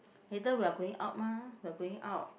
later we are going out mah we are going out